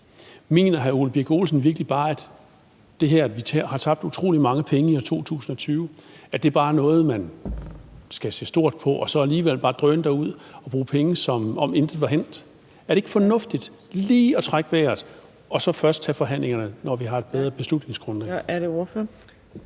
Mener hr. Ole Birk Olesen virkelig, at det, at vi har tabt utrolig mange penge i år 2020, bare er noget, man skal se stort på og så alligevel bare drøne derudad og bruge penge, som om intet var hændt? Er det ikke fornuftigt lige at trække vejret og så først tage forhandlingerne, når vi har et bedre beslutningsgrundlag? Kl. 14:28 Fjerde